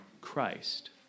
Christ